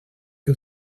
que